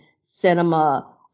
cinema